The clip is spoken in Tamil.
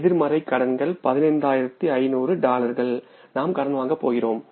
எதிர்மறை கடன்கள் 15500 டாலர்கள் நாம் கடன் வாங்குகிறோம்